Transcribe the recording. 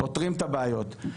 פוטרים את הבעיות,